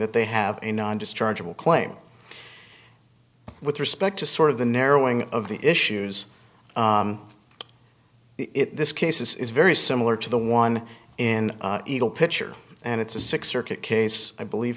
that they have a non dischargeable claim with respect to sort of the narrowing of the issues this case is very similar to the one in eagle pitcher and it's a six circuit case i believe